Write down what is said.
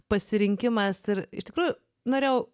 pasirinkimas ir iš tikrųjų norėjau